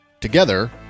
Together